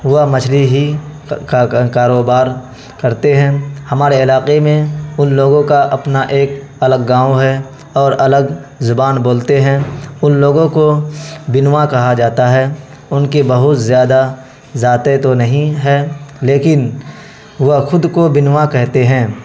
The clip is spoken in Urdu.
وہ مچھلی ہی کا کاروبار کرتے ہیں ہمارے علاقے میں ان لوگوں کا اپنا ایک الگ گاؤں ہے اور الگ زبان بولتے ہیں ان لوگوں کو بنوا کہا جاتا ہے ان کے بہت زیادہ ذاتیں تو نہیں ہے لیکن وہ خود کو بنوا کہتے ہیں